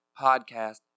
podcast